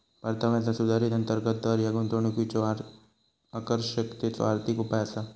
परताव्याचा सुधारित अंतर्गत दर ह्या गुंतवणुकीच्यो आकर्षकतेचो आर्थिक उपाय असा